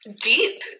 deep